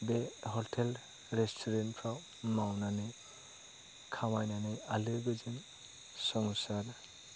बे हटेल रेस्टुरेन्टफ्राव मावनानै खामायनानै आलो गोजोन संसार